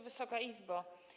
Wysoka Izbo!